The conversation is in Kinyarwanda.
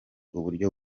uburyo